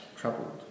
troubled